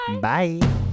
Bye